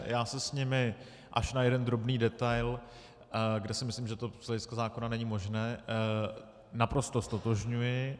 Já se s nimi až na jeden drobný detail, kde si myslím, že to z hlediska zákona není možné, naprosto ztotožňuji.